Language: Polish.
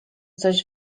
coś